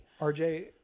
RJ